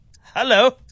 Hello